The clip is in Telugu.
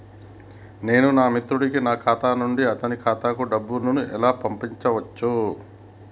నేను నా మిత్రుడి కి నా ఖాతా నుండి అతని ఖాతా కు డబ్బు ను ఎలా పంపచ్చు?